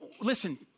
listen